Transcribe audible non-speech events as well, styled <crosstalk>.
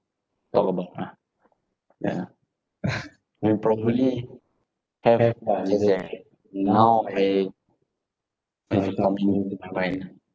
talk about ah yeah <laughs> I probably have but just that now I